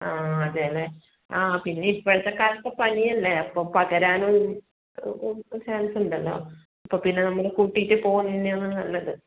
ആ അതെ അല്ലേ ആ പിന്നെ ഇപ്പോഴത്തെ കാലത്തെ പനിയല്ലേ അപ്പോൾ പകരാനുള്ള ചാൻസ് ഉണ്ടല്ലോ അപ്പോൾ പിന്നെ നമ്മൾ കൂട്ടിയിട്ട് പോകുന്നതുതന്നെയാണ് നല്ലത്